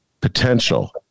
potential